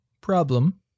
problem